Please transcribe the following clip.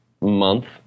month